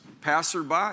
passerby